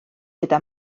gyda